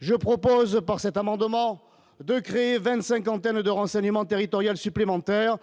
je propose par cet amendement de créer 25 en terme de renseignement territorial supplémentaires